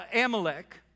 Amalek